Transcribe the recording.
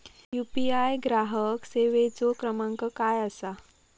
UPI ग्राहक सेवेचो क्रमांक काय असा?